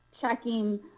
checking